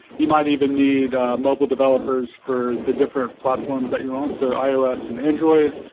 you might even need mobile developers for the different platforms that you're on, so ios and android.